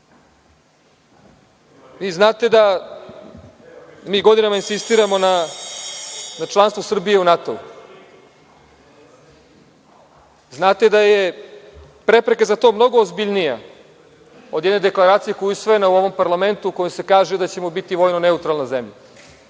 znate da mi godinama insistiramo na članstvu Srbije u NATO. Znate da je prepreka za to mnogo ozbiljnija od jedne Deklaracije, koja je usvojena u ovom parlamentu, u kojoj se kaže da ćemo biti vojno neutralna zemlja.